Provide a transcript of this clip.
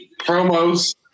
promos